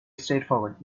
straightforward